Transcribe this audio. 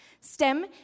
STEM